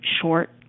short-